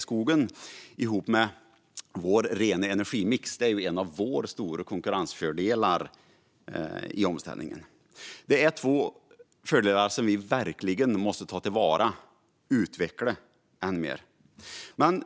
Skogen är tillsammans med vår rena energimix en av våra stora konkurrensfördelar i omställningen. Detta är två fördelar som vi verkligen måste ta till vara och utveckla än mer.